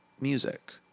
music